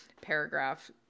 paragraph